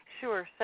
sure